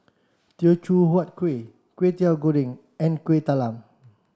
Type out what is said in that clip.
Teochew Huat Kueh Kwetiau Goreng and Kueh Talam